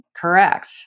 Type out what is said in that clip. Correct